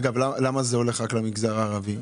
למה זה הולך רק למגזר הערבי?